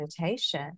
meditation